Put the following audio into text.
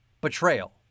betrayal